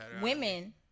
women